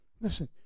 listen